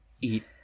eat